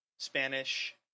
spanish